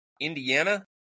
Indiana